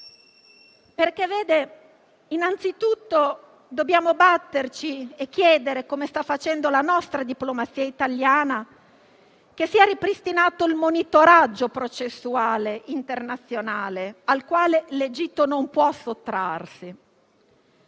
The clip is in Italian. un po' oltre: innanzitutto, dobbiamo batterci e chiedere, come sta facendo la nostra diplomazia, che sia ripristinato il monitoraggio processuale internazionale, al quale l'Egitto non può sottrarsi.